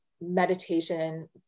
meditation